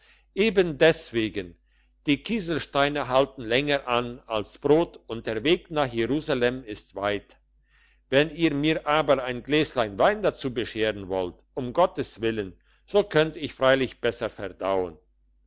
eben deswegen die kieselsteine halten länger an als brot und der weg nach jerusalem ist weit wenn ihr mir aber ein gläslein wein dazu bescheren wollt um gottes willen so könnt ich's freilich besser verdauen